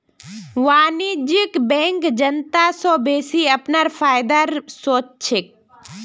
वाणिज्यिक बैंक जनता स बेसि अपनार फायदार सोच छेक